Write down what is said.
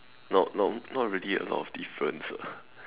not not not really a lot of difference ah